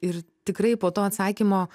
ir tikrai po to atsakymo